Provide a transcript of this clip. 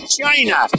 China